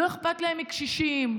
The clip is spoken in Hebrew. לא אכפת להם מקשישים.